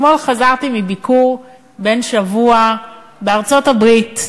אתמול חזרתי מביקור בן שבוע בארצות-הברית.